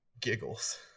giggles